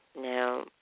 Now